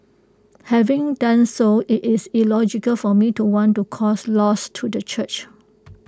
having done so IT is illogical for me to want to cause loss to the church